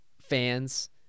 fans